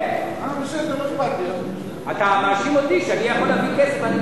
כן, אתה מאשים אותי שאני מוציא כסף.